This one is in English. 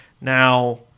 Now